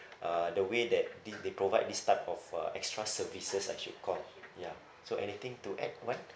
uh the way that they they provide this type of uh extra services I should call ya so anything to add Wan